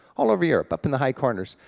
all over europe, up in the high corners,